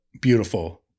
beautiful